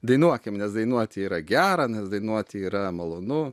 dainuokim nes dainuoti yra gera nes dainuoti yra malonu